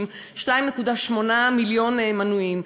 עם 2.8 מיליון מנויים,